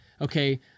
Okay